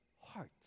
heart